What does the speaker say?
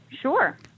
sure